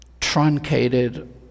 truncated